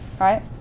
right